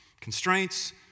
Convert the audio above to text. constraints